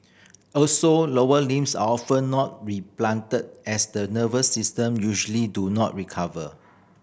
also lower limbs are often not replanted as the nerves system usually do not recover